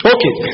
Okay